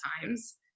times